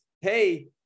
hey